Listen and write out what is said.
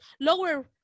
lower